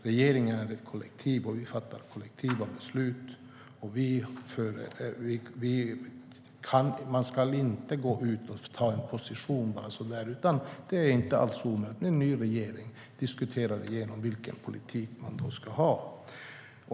Regeringen är ett kollektiv, och vi fattar kollektiva beslut. Man ska inte gå ut och bara ta en position. Det är inte alls omöjligt att en ny regering diskuterar igenom vilken politik man ska ha.